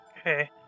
Okay